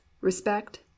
respect